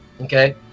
okay